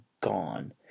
gone